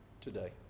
today